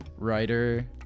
Writer